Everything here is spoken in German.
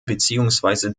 beziehungsweise